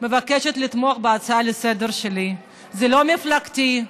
ומבקשת לתמוך בהצעה לסדר-היום שלי, זה לא מפלגתי,